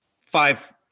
five